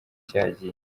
cyagiye